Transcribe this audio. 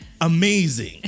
amazing